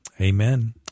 Amen